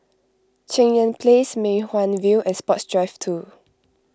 Cheng Yan Place Mei Hwan View and Sports Drive two